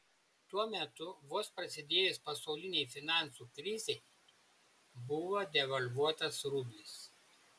tuo metu vos prasidėjus pasaulinei finansų krizei buvo devalvuotas rublis